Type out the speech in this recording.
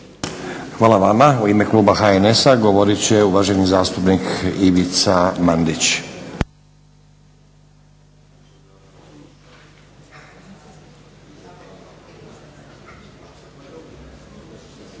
Hvala vama. U ime kluba HNS-a govorit će uvaženi zastupnik Ivica Mandić.